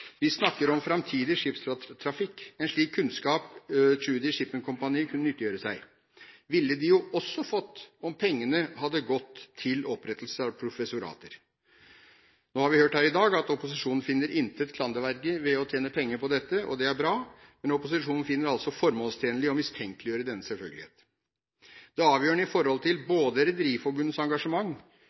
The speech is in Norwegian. Vi snakker om framtidig skipstrafikk. En slik kunnskap Tschudi Shipping Company kunne nyttiggjøre seg, ville de jo også fått om pengene hadde gått til opprettelser av professorater. Nå har vi i dag hørt at opposisjonen finner det intet klanderverdig å tjene penger på dette, og det er bra, men opposisjonen finner det altså formålstjenelig å mistenkeliggjøre denne selvfølgelighet. Det avgjørende i forhold til både Rederiforbundets engasjement